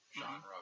Genre